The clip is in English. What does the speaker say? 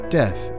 death